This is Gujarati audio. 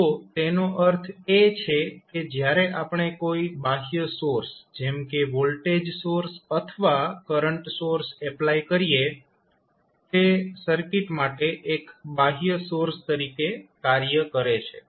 તો તેનો અર્થ એ છે કે જ્યારે આપણે કોઈ બાહ્ય સોર્સ જેમ કે વોલ્ટેજ સોર્સ અથવા કરંટ સોર્સ એપ્લાય કરીએ તે સર્કિટ માટે એક બાહ્ય સોર્સ તરીકે કાર્ય કરે છે